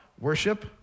worship